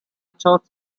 thought